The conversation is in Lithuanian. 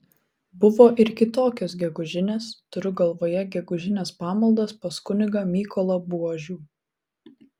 buvo ir kitokios gegužinės turiu galvoje gegužines pamaldas pas kunigą mykolą buožių